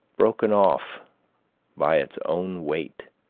broken off by its own weight.